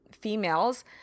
females